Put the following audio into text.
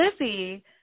Lizzie